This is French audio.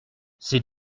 ces